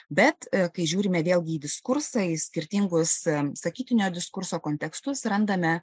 bet kai žiūrime vėlgi į diskursą į skirtingus sakytinio diskurso kontekstus randame